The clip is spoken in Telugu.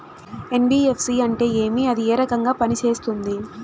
ఎన్.బి.ఎఫ్.సి అంటే ఏమి అది ఏ రకంగా పనిసేస్తుంది